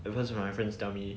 at first when my friends tell me